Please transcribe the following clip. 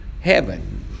heaven